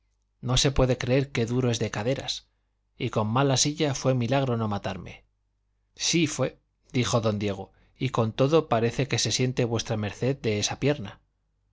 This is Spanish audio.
no se puede creer qué duro es de caderas y con mala silla fue milagro no matarme sí fue dijo don diego y con todo parece que se siente v md de esa pierna